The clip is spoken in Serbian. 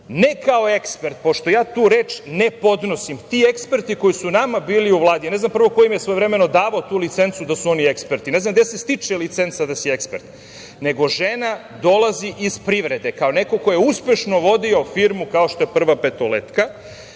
ne kao ekspert, pošto ja tu reč ne podnosim. Ti eksperti koji su nama bili u Vladi, ja ne znam prvo ko im je svojevremeno davao tu licencu da su oni eksperti, ne znam gde se stiče licenca da si ekspert, nego žena dolazi iz privrede, kao neko ko je uspešno vodio firmu „Prva petoletka“